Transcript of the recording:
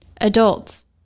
Adults